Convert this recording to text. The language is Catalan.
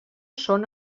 són